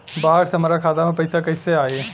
बाहर से हमरा खाता में पैसा कैसे आई?